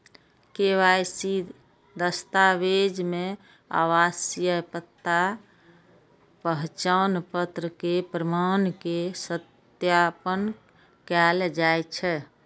KYC दस्तावेज मे आवासीय पता, पहचान पत्र के प्रमाण के सत्यापन कैल जाइ छै